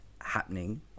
happening